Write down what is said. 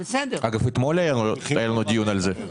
אגב, אתמול היה לנו דיון על זה.